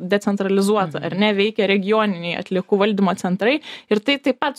decentralizuota ar ne veikia regioniniai atliekų valdymo centrai ir tai taip pat